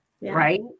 Right